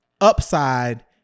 upside